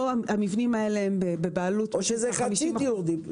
פה המבנים האלה הם בבעלות 50% --- או שזה חצי דיור ציבורי,